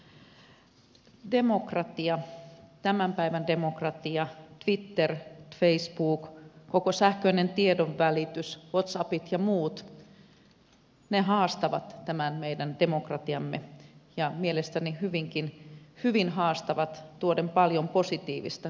demokratia tämän päivän demokratia twitter facebook koko sähköinen tiedonvälitys whatsappit ja muut ne haastavat meidän demokratiamme ja mielestäni hyvin haastavat tuoden paljon positiivista